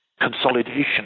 consolidation